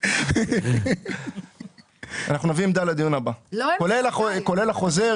כולל החוזר,